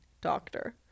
doctor